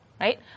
Right